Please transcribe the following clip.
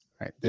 right